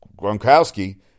Gronkowski